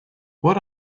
what